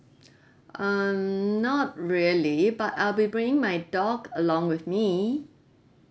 um not really but I'll be bring my dog along with me